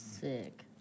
Sick